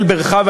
ישראל בירכה.